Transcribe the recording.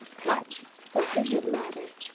tut i what does it matter?